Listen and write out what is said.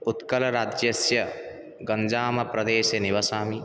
उत्कलराज्यस्य गञ्जामप्रदेसे निवसामि